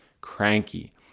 cranky